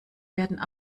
werden